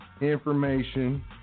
information